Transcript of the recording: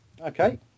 Okay